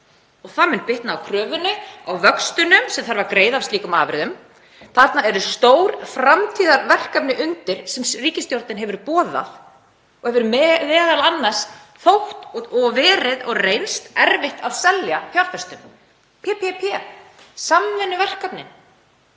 það mun bitna á kröfunni, á vöxtunum sem þarf að greiða af slíkum afurðum. Þarna eru stór framtíðarverkefni undir sem ríkisstjórnin hefur boðað og hefur m.a. reynst erfitt að selja fjárfestum, PPP-samvinnuverkefnin,